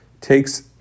takes